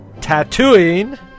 tattooing